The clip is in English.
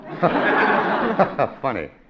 Funny